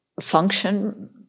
function